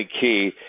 key